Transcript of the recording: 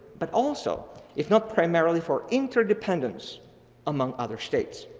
but also if not primarily for interdependence among other states.